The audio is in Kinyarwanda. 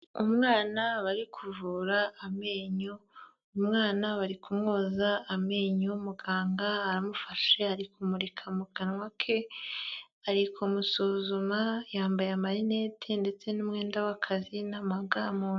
Umwana bari kuvura amenyo, umwana bari kumwoza amenyo, muganga aramufashe ari kumurika mu kanwa ke, ari kumusuzuma, yambaye amarinete ndetse n'umwenda w'akazi n'amaga mu...